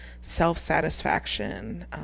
self-satisfaction